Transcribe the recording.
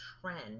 trend